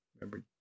Remember